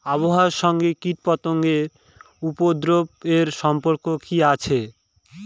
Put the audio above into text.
আবহাওয়ার সঙ্গে কীটপতঙ্গের উপদ্রব এর সম্পর্ক কি আছে?